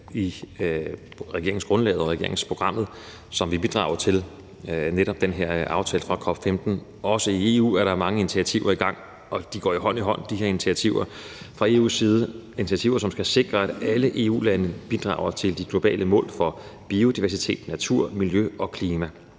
i regeringsgrundlaget og regeringsprogrammet, som vil bidrage i forhold til netop den her aftale fra COP15. Også i EU er der mange initiativer i gang, og de initiativer fra EU går hånd i hånd. Det er initiativer, som skal sikre, at alle EU-lande bidrager til de globale mål for biodiversitet, natur, miljø og klima.